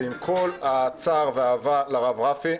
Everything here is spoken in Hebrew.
שעם כל הצער והאהבה לרב רפי,